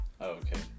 okay